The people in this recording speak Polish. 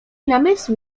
namysłu